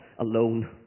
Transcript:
alone